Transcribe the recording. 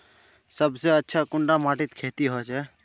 सबसे अच्छा कुंडा माटित खेती होचे?